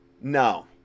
No